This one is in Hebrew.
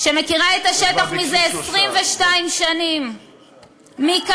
שמכירה את השטח זה 22 שנים מקרוב,